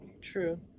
True